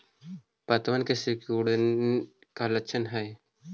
पत्तबन के सिकुड़े के का लक्षण हई?